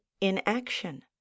inaction